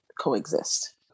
coexist